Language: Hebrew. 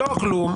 לא כלום,